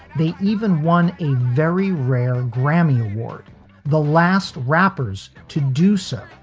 they even won a very rare grammy award. the last rappers to do so.